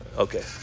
Okay